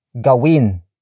Gawin